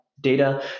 data